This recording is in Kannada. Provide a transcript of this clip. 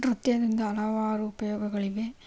ನೃತ್ಯದಿಂದ ಹಲವಾರು ಉಪಯೋಗಗಳಿವೆ